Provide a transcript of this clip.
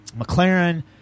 McLaren –